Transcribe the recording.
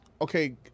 okay